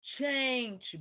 change